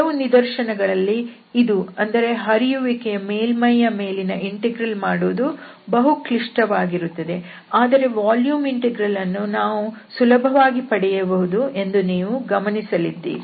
ಕೆಲವು ನಿದರ್ಶನಗಳಲ್ಲಿ ಇದು ಅಂದರೆ ಹರಿಯುವಿಕೆ ಯನ್ನು ಮೇಲ್ಮೈಯ ಮೇಲೆ ಇಂಟಿಗ್ರೇಟ್ ಮಾಡುವುದು ಬಹು ಕ್ಲಿಷ್ಟವಾಗಿರುತ್ತದೆ ಆದರೆ ವಾಲ್ಯೂಮ್ ಇಂಟೆಗ್ರಲ್ ಅನ್ನು ನಾವು ಸುಲಭವಾಗಿ ಪಡೆಯಬಹುದು ಎಂಬುದನ್ನು ನೀವು ಗಮನಿಸಲಿದ್ದೀರಿ